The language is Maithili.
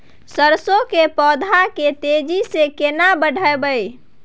सरसो के पौधा के तेजी से केना बढईये?